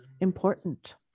important